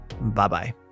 Bye-bye